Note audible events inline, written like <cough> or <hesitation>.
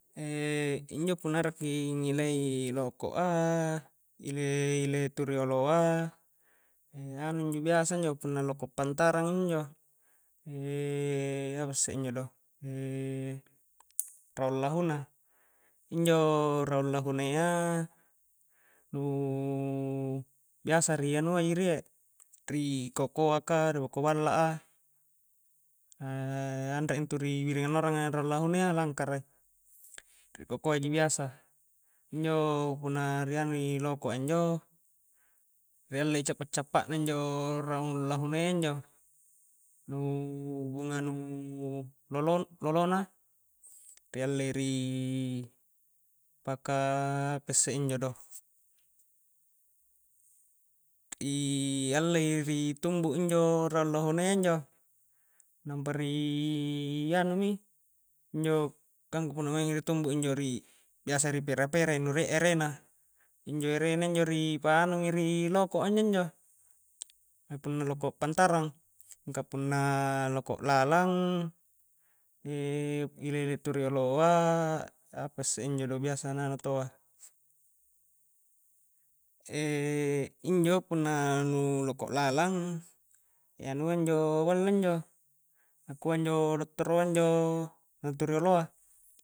<hesitation> injo punna arakki ngilei loko'a, ile-ile tu rioloa <hesitation> anu injo biasa njo punna loko pantarang injo-njo <hesitation> apasse injo do <hesitation> raung lahuna, injo raung lahuna iya nuu biasa ri anua ji rie ri kokoa ka ri boko balla a <hesitation> anre intu ri biring annoranga raung lahunayya langkara i ri kokoa ji biasa, injo punna ri anui loko'a injo ri allei cappa-cappa na injo raung lahunayya injo nu bunga nu lolo-lolona ri alle i rii paka apasse injo do ri <hesitation> allei ri tumbu injo raung lahunayya injo nampa rii anu mi, injo kang punna maingi ri tumbu injo ri biasa ri pera-pera nu rie ere na, injo erene injo ri pa anumi ri loko' a inj-njo punna loko pantarang, mingka punna loko' lalang <hesitation> ile-ile tu rioloa apasse injo do biasa na anu taua <hesitation> injo punna nu loko' lalang <hesitation> anua injo ballo injo nakua injo dottoroa injo nu tu rioloa